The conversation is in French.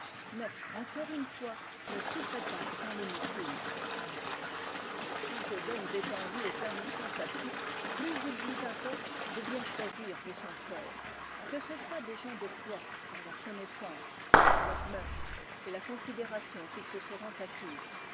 mais encore une fois ne souffrez pas qu'on les mutile mais plus je donne d'étendue aux permissions tacites plus il vous importe de bien choisir vos censeurs que ce soient des gens de poids par leurs connaissances par leurs mœurs et la considération qu'ils se seront acquise